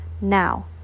Now